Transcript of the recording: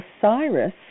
Osiris